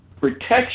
protection